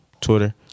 Twitter